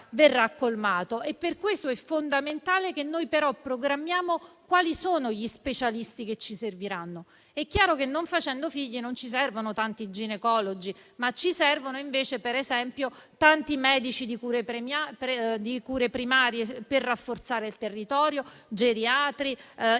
però, è fondamentale programmare quali sono gli specialisti che ci serviranno. È chiaro che, non facendo figli, non ci servono tanti ginecologi, ma ci servono invece tanti medici di cure primarie per rafforzare il territorio; ci servono